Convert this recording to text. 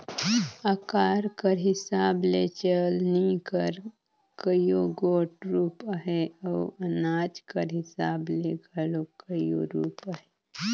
अकार कर हिसाब ले चलनी कर कइयो गोट रूप अहे अउ अनाज कर हिसाब ले घलो कइयो रूप अहे